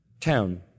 town